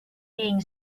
being